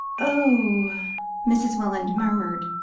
oh mrs. welland murmured,